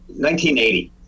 1980